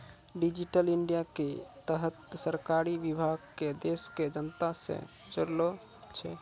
digital India के तहत सरकारी विभाग के देश के जनता से जोड़ै छै